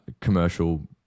commercial